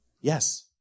Yes